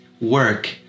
work